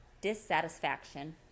dissatisfaction